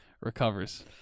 recovers